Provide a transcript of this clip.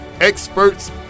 experts